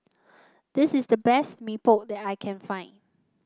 this is the best Mee Pok that I can find